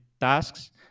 tasks